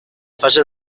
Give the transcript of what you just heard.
fase